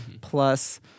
plus